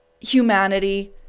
humanity